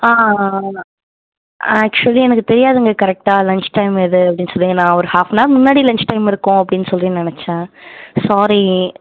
ஆமாம் ஆக்சுவலி எனக்கு தெரியாதுங்க கரெக்டாக லஞ்ச் டைம் எது அப்படின்னு சொல்லி நான் ஒரு ஹாஃப் அன் ஆர் முன்னாடி லஞ்ச் டைம் இருக்கும் அப்படின்னு சொல்லி நெனைச்சேன் சாரி